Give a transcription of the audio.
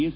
S